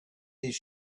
his